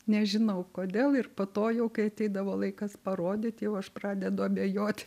nežinau kodėl ir po to jau kai ateidavo laikas parodyt jau aš pradedu abejoti